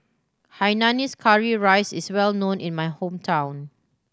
hainanese curry rice is well known in my hometown